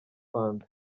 fund